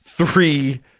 Three